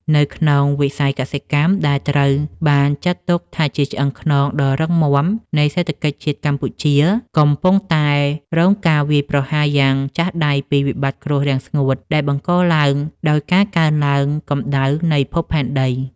នៅក្នុងវិស័យកសិកម្ម ដែលត្រូវបានចាត់ទុកថាជាឆ្អឹងខ្នងដ៏រឹងមាំនៃសេដ្ឋកិច្ចជាតិកម្ពុជា កំពុងតែរងការវាយប្រហារយ៉ាងចាស់ដៃពីវិបត្តិគ្រោះរាំងស្ងួត ដែលបង្កឡើងដោយការកើនឡើងកម្ដៅនៃភពផែនដី។